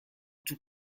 tout